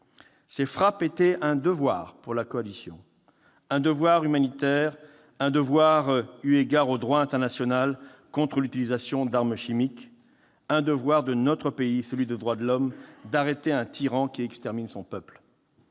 Ces frappes étaient un devoir pour la coalition, un devoir humanitaire, un devoir eu égard au droit international contre l'utilisation d'armes chimiques, un devoir de notre pays, celui des droits de l'homme, d'arrêter un tyran qui extermine son peuple.